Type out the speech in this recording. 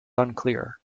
unclear